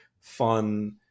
fun